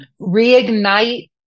reignite